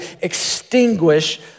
extinguish